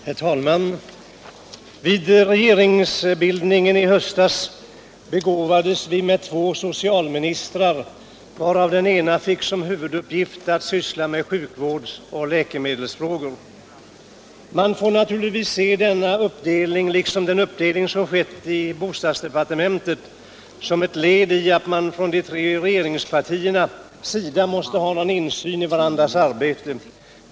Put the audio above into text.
Herr talman! Vid regeringsbildningen i höstas begåvades vi med två socialministrar, varav den ena fick som huvuduppgift att syssla med sjukvårdsoch läkemedelsfrågor. Man får naturligtvis se denna uppdelning liksom den uppdelning som skett i bostadsdepartementet som ett led i att man från de tre regeringspartiernas sida måste ha någon insyn i varandras arbete.